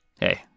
Hey